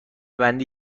بندی